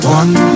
one